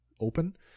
open